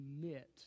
commit